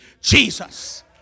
Jesus